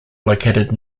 located